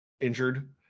injured